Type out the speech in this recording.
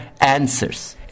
answers